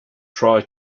try